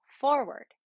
forward